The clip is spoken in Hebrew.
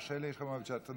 שלי, את מוותרת?